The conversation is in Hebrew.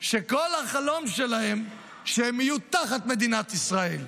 שכל החלום שלהם הוא שהם יהיו תחת מדינת ישראל,